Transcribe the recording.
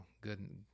good